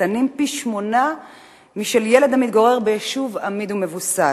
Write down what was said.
קטנים פי-שמונה משל ילד שגר ביישוב אמיד ומבוסס.